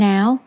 Now